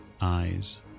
eyes